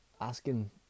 Asking